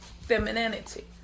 femininity